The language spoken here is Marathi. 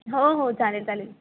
हो हो चालेल चालेल